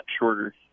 shorter